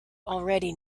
already